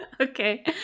okay